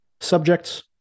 subjects